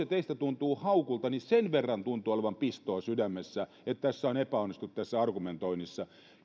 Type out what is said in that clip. se teistä tuntuu haukulta niin sen verran tuntuu olevan pistoa sydämessä että on epäonnistuttu tässä argumentoinnissa